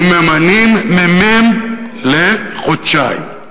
וממנים ממלא-מקום לחודשיים.